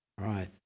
Right